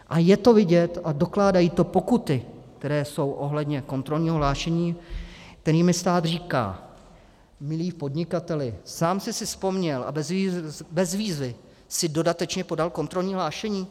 A je to vidět a dokládají to pokuty, které jsou ohledně kontrolního hlášení, kterými stát říká: Milý podnikateli, sám sis vzpomněl a bez výzvy jsi dodatečně podal kontrolní hlášení?